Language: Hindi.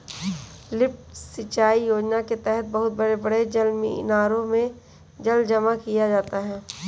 लिफ्ट सिंचाई योजना के तहद बहुत बड़े बड़े जलमीनारों में जल जमा किया जाता है